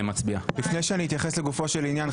לפני שאני אתייחס לגופו של עניין,